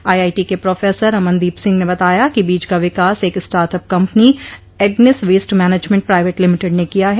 IIT क professor Amandeep Singh ने बताया कि बीज का विकास एक startup company Agnis waste management private limited ने किया है